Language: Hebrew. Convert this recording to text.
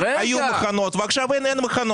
היו מחנות ועכשיו אין מחנות.